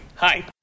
hi